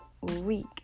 week